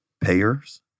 payers